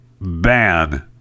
ban